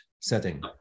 setting